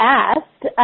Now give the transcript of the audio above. asked